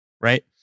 right